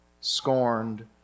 scorned